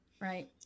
Right